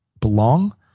belong